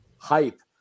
Hype